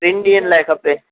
टिनि ॾींहंनि लाइ खपे